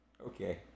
Okay